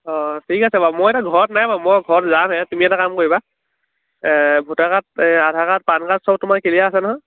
অঁ ঠিক আছে বাৰু মই এতিয়া ঘৰত নাই বাৰু মই ঘৰত যামহে তুমি এটা কাম কৰিবা voter card Aadhaar card PAN card সব তোমাৰ ক্লিয়াৰ আছে নহয়